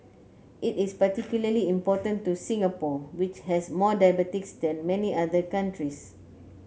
it is particularly important to Singapore which has more diabetics than many other countries